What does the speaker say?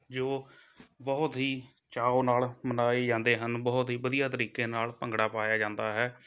ਜੋ ਬਹੁਤ ਹੀ ਚਾਓ ਨਾਲ ਮਨਾਏ ਜਾਂਦੇ ਹਨ ਬਹੁਤ ਹੀ ਵਧੀਆ ਤਰੀਕੇ ਨਾਲ ਭੰਗੜਾ ਪਾਇਆ ਜਾਂਦਾ ਹੈ